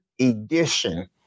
edition